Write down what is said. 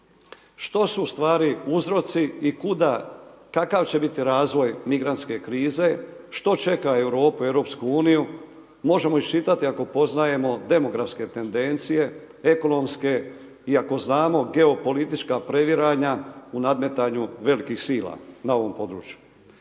Što su ustvari uzroci i kuda, kakav će biti razvoj migrantske krize, što će čeka Europu, EU, možemo iščitati ako poznajemo demografske tendencije, ekonomske i ako znamo geopolitička previranja u nadmetanju velikih sila na ovom području.